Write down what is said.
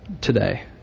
today